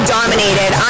Dominated